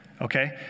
Okay